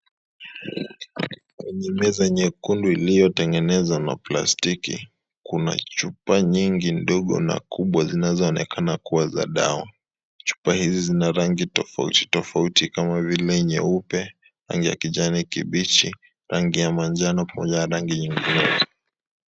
Ni meza nyekundu iliyotengenezwa na plastiki, kuna chupa nyingi ndogo na kubwa zinazoonekana kuwa za dawa ,chupa hizi zina rangi tofauti tofauti kama vile nyeupe, rangi ya kijani kibichi ,rangi ya manjano